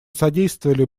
содействовали